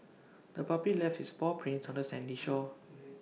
the puppy left its paw prints on the sandy shore